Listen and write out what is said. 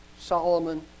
Solomon